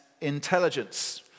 intelligence